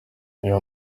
iyo